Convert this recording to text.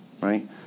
right